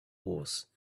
horse